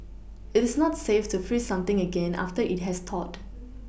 it is not safe to freeze something again after it has thawed